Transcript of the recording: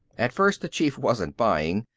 at first the chief wasn't buying.